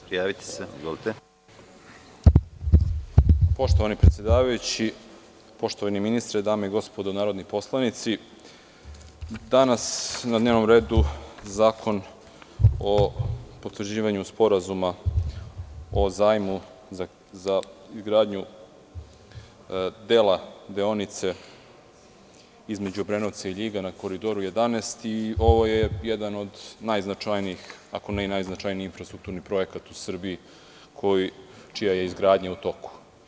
Poštovani predsedavajući, poštovani ministre, dame i gospodo narodni poslanici, danas je na dnevnom redu Zakon o potvrđivanju Sporazuma o zajmu za izgradnju dela deonice između Obrenovca i Ljiga na Koridoru 11 i ovo je jedan od najznačajnijih ako ne i najznačajniji infrastrukturni projekat u Srbiji čija je izgradnja u toku.